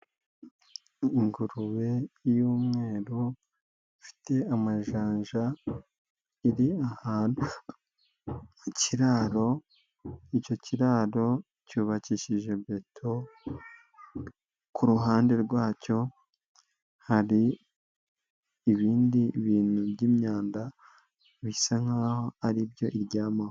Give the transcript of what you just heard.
Ingurube y'umweru ifite amajanja, iri ahantu mu kiraro. Icyo kiraro cyubakishije beto. Kuruhande rwacyo hari ibindi bintu by'imyanda bisa nkaho aribyo iryamaho.